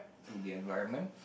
to the environment